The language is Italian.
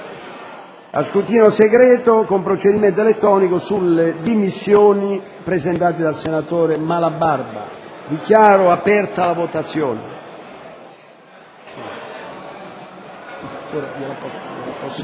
scrutinio segreto, mediante procedimento elettronico, sulle dimissioni presentate dal senatore Vernetti. Dichiaro aperta la votazione.